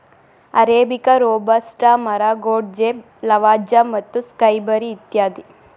arabica, robusta, ಮರಗೋಡಜೇಪ್, Lavazza ಮತ್ತು Skybury ಇತ್ಯಾದಿ